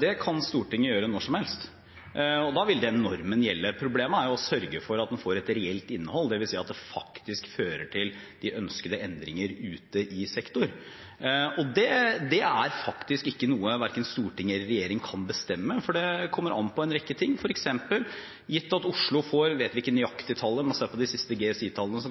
Det kan Stortinget gjøre når som helst, og da vil den normen gjelde. Problemet er å sørge for at den får et reelt innhold, dvs. at det faktisk fører til de ønskede endringer ute i sektor. Det er faktisk ikke noe verken Stortinget eller regjeringen kan bestemme, for det kommer an på en rekke ting. For eksempel gitt at Oslo, når normen blir fullt innført, skal ansette kanskje 600–800 lærere – vi vet ikke nøyaktig tallet, man må se på de siste GSI-tallene som